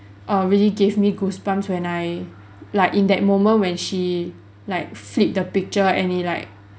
err really gave me goosebumps when I like in that moment when she like flip the picture and it like